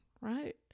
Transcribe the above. right